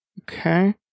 Okay